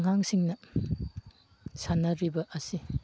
ꯑꯉꯥꯡꯁꯤꯡꯅ ꯁꯥꯟꯅꯔꯤꯕ ꯑꯁꯤ